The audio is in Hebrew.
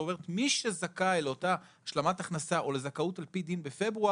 זאת אומרת מי שזכאי לאותה השלמת הכנסה או לזכאות על פי דין בפברואר,